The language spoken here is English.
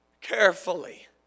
carefully